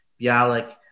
Bialik